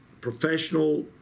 professional